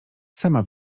sama